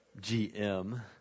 GM